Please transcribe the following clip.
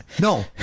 No